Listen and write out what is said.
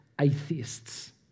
Atheists